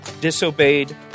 disobeyed